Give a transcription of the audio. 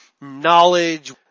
knowledge